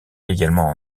également